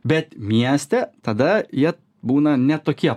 bet mieste tada jie būna ne tokie